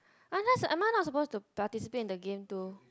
I'm just am I not supposed to participate in the game too